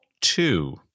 two